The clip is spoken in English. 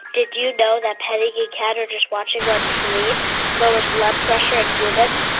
did you know that petting a cat or just watching one sleep lowers blood pressure in humans?